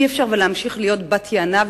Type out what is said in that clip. אי-אפשר להמשיך להיות בת-יענה,